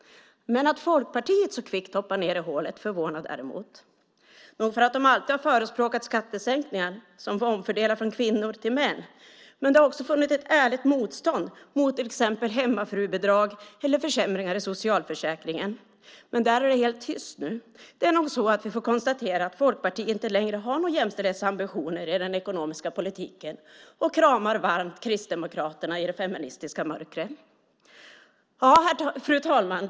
Men att Folkpartiet så kvickt hoppar ned i hålet förvånar däremot. Nog har de alltid förespråkat skattesänkningar som omfördelas från kvinnor till män, men det har också funnits ett ärligt motstånd mot till exempel hemmafrubidrag eller försämringar i socialförsäkringen. Men där är det helt tyst nu. Vi får nog konstatera att Folkpartiet inte längre har några jämställdhetsambitioner i den ekonomiska politiken och kramar varmt Kristdemokraterna i det feministiska mörkret. Fru talman!